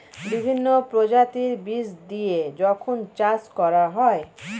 বিভিন্ন প্রজাতির বীজ দিয়ে যখন চাষ করা হয়